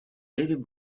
david